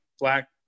black